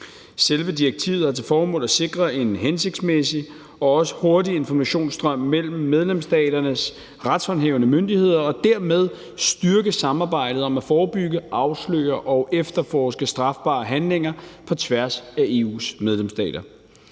Selve direktivet har til formål at sikre en hensigtsmæssig og også hurtig informationsstrøm mellem medlemsstaternes retshåndhævende myndigheder og dermed styrke samarbejdet om at forebygge, afsløre og efterforske strafbare handlinger på tværs af EU's medlemsstater.